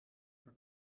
der